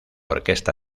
orquesta